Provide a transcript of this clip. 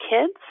kids